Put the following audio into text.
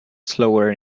slower